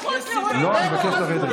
לא, אני מבקש לרדת.